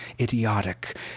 idiotic